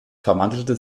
verwandelte